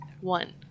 one